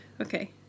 Okay